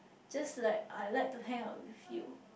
just like I like to hang out with you